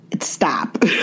stop